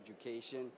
education